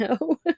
no